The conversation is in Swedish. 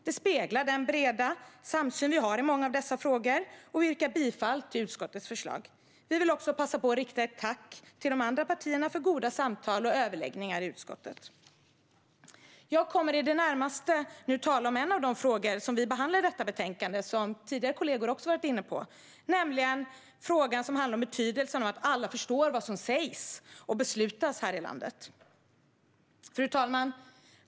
Det speglar den breda samsyn vi har i många av dessa frågor, och vi yrkar bifall till utskottets förslag. Vi vill också passa på att rikta ett tack till de andra partierna för goda samtal och överläggningar i utskottet. Jag kommer i det närmaste att tala om en av de frågor som vi behandlar i detta betänkande, nämligen betydelsen av att alla förstår vad som sägs och beslutas här i landet. Fru talman!